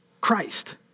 Christ